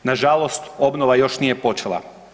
Nažalost, obnova još nije počela.